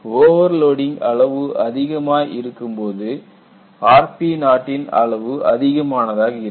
overloading அளவு அதிகமாய் இருக்கும் போது rpo இன் அளவு அதிகமானதாக இருக்கும்